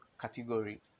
category